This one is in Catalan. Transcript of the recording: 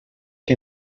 que